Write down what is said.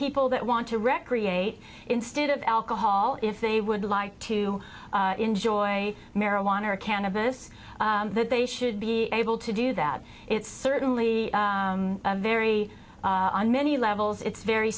people that want to recreate instead of alcohol if they would like to enjoy marijuana or cannabis that they should be able to do that it's certainly very on many levels it's very